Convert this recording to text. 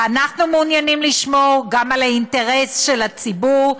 ואנחנו מעוניינים לשמור גם על האינטרס של הציבור,